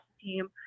team